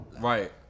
Right